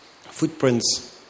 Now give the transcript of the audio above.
footprints